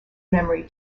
memory